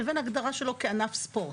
לבין הגדרה שלו כענף ספורט,